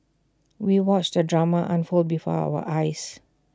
we watched the drama unfold before our eyes